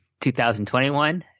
2021